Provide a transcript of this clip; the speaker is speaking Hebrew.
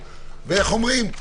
ואיך אומרים?